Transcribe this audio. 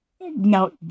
No